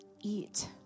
eat